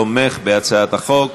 והוא תומך בהצעת החוק.